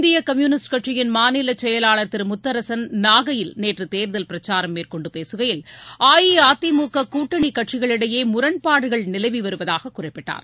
இந்திய கம்யூனிஸ்ட் கட்சியின் மாநிலச் செயலாளர் திரு முத்தரசன் நாகையில் நேற்று தேர்தல் பிரச்சாரம் மேற்கொண்டு பேககையில் அஇஅதிமுக கூட்டணிக் கட்சிகளிடையே முரண்பாடுகள் நிலவி வருவதாக குறிப்பிட்டார்